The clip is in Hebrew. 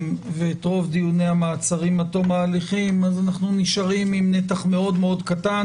ואת רוב דיוני המעצרים עד תום ההליכים אנו נשארים עם נתח מאוד קטן.